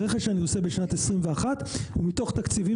הרכש שאני עושה בשנת 2021 הוא מתוך תקציבים